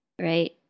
right